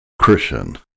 Christian